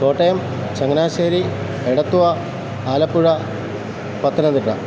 Kottayam Changanassery Edathua Alappuzha Pathanamthitta